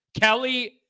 Kelly